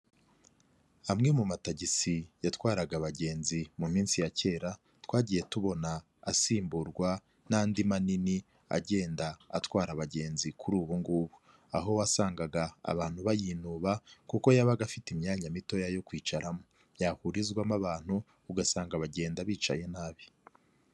Amwe mu matagisi yatwaraga abagenzi mu minsi ya kera, twagiye tubona asimburwa n'andi manini agenda atwara abagenzi kuri ubu ngubu. Aho wasangaga abantu bayinuba kuko yabaga afite imyanya mitoya yo kwicaramo, byahurizwamo abantu ugasanga bagenda bicaye nabi.